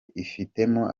ifitemo